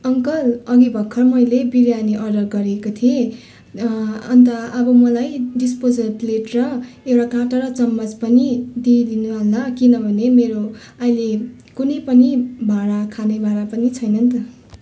uncle अघि भर्खर मैले बिरियानी अर्डर गरेको थिएँ अन्त अब मलाई डिस्पोजल प्लेट र एउटा काँटा र चमच पनि दिइदिनु होला किनभने मेरो अहिले कुनै पनि भाँडा खाने भाँडा पनि छैन अन्त